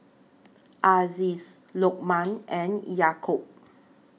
Aziz Lokman and Yaakob